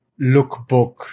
lookbook